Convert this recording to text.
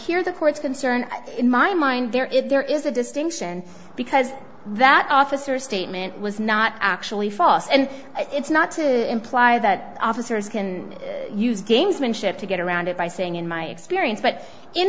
hear the court's concern in my mind there is there is a distinction because that officer statement was not actually false and it's not to imply that officers can use gamesmanship to get around it by saying in my experience but i